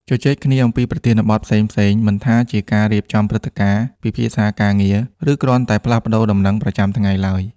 ជជែកគ្នា អំពីប្រធានបទផ្សេងៗ មិនថាជាការរៀបចំព្រឹត្តិការណ៍ ពិភាក្សាការងារ ឬគ្រាន់តែផ្លាស់ប្ដូរដំណឹងប្រចាំថ្ងៃឡើយ។